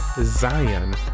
Zion